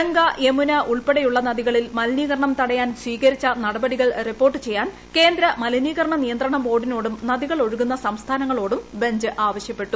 ഗംഗ യമുനയുൾപ്പെടെയുള്ള നദികളിൽ മലിനീകരണം തടയാൻ സ്വീകരിച്ച നടപടികൾ റിപ്പോർട്ട് ചെയ്യാൻ കേന്ദ്ര മലിനീകരണ നിയന്ത്രണ ബോർഡിനോടും നദികൾ ഒഴുകുന്ന സംസ്ഥാനങ്ങളോടും ബെഞ്ച് ആവശ്യപ്പെട്ടു